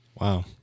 Wow